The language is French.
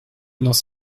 dans